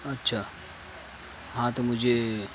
اچھا ہاں تو مجھے